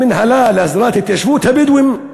המינהלה להסדרת התיישבות הבדואים.